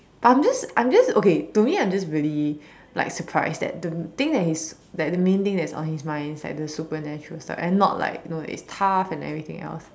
but I'm just I'm just okay to me I'm just really like surprised that the thing that his that the main thing that is on his mind is like the supernatural stuff and not like you know that it's tough and everything else